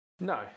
No